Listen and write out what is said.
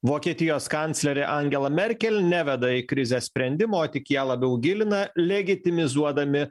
vokietijos kanclerė angela merkel neveda į krizės sprendimą o tik ją labiau gilina legetimizuodami